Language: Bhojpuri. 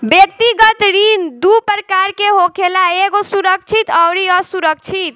व्यक्तिगत ऋण दू प्रकार के होखेला एगो सुरक्षित अउरी असुरक्षित